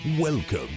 welcome